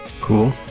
Cool